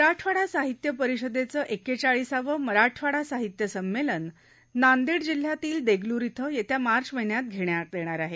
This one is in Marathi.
मराठवाडा साहित्य परिषदेचं एक्केचाळीसावं मराठवाडा साहित्य संमेलन नांदेड जिल्ह्यातील देगलूर इथं येत्या मार्च महिन्यात घेण्यात येणार आहे